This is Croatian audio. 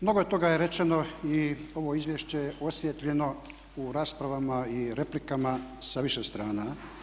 Mnogo toga je rečeno i ovo izvješće je osvijetljeno u raspravama i replikama sa više strana.